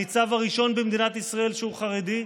הניצב הראשון במדינת ישראל שהוא חרדי,